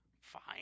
fine